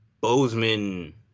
Bozeman